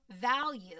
value